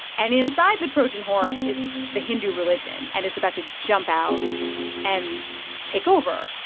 and inside the trojan horse is the hindu religion. and it's about to jump out and take over